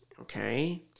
Okay